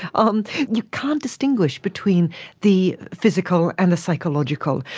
um you can't distinguish between the physical and the psychological.